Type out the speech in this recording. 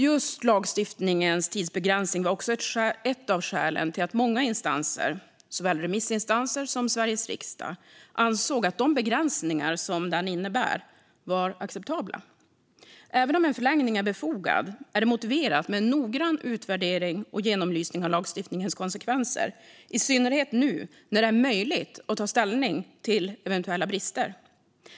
Just lagstiftningens tidsbegränsning var också ett av skälen till att många instanser, såväl remissinstanser som Sveriges riksdag, ansåg att de begränsningar som den innebär var acceptabla. Även om en förlängning är befogad är det motiverat med en noggrann utvärdering och genomlysning av lagstiftningens konsekvenser, i synnerhet nu när det är möjligt att ta ställning till eventuella brister.